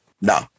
No